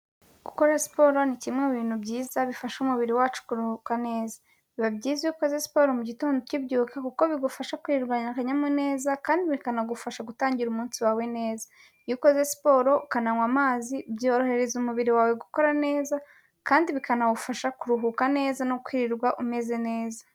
Gukora siporo ni kimwe mu bintu byiza bifasha umubiri wacu kuruhuka neza. Biba byiza u ukoze siporo mu mugitondo ukibyuka kuko bigufasha kwirwanya akanyamuneza kandi bikanagufasha gutangira umunsi wawe neza. Iyo ukoze siporo ukananywa amazi, byorohereza umubiri wawe gukora neza kandi bikanawufasha kuruhuka neza no kwirirwa umeze neza.